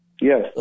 Yes